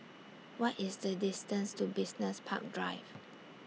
What IS The distance to Business Park Drive